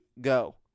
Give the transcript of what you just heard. go